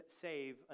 save